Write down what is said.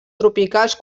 tropicals